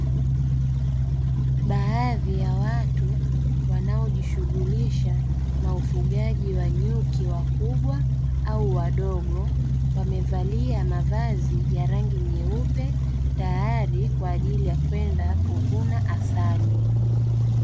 Baadhi ya watu wanaojishughulisha na ufugaji wa nyuki wakubwa au wadogo wamevalia mavazi ya rangi nyeupe tayari kwa ajili ya kwenda kuvuna asali.